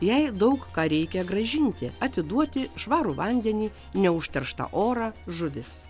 jai daug ką reikia grąžinti atiduoti švarų vandenį neužterštą orą žuvis